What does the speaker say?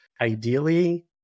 ideally